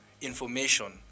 information